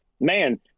man